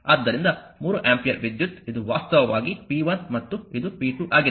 ಆದ್ದರಿಂದ 3 ಆಂಪಿಯರ್ ವಿದ್ಯುತ್ ಇದು ವಾಸ್ತವವಾಗಿ p1 ಮತ್ತು ಇದು p2 ಆಗಿದೆ